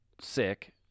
sick